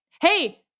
Hey